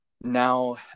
now